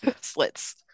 slits